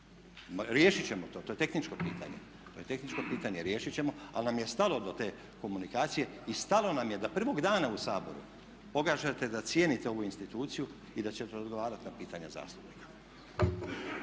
pitanje. To je tehničko pitanje, riješit ćemo ali nam je stalo do te komunikacije i stalo nam je da prvog dana u Saboru pogađate da cijenite ovu instituciju i da ćete odgovarati na pitanja zastupnika.